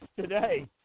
today